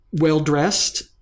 well-dressed